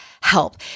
help